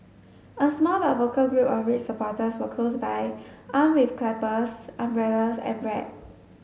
a small but vocal group of red supporters were close by armed with clappers umbrellas and